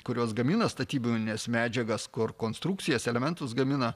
kurios gamina statybines medžiagas kur konstrukcijas elementus gamina